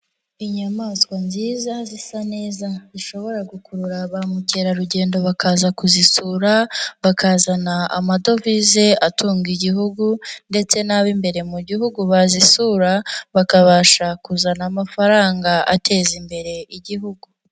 Inyamaswa nziza zisa neza zishobora gukurura ba mukerarugendo bakaza kuzisura, bakazana amadovize atunga Igihugu ndetse n'ab'imbere mu Gihugu bazisura bakabasha kuzana amafaranga ateza imbere Igihugu.